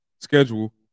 schedule